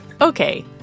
Okay